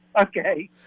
Okay